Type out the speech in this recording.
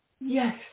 yes